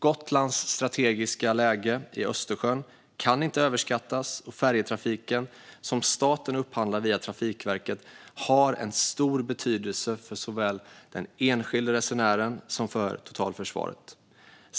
Gotlands strategiska läge i Östersjön kan inte överskattas, och färjetrafiken som staten upphandlar via Trafikverket har stor betydelse för såväl den enskilde resenären som för totalförsvaret.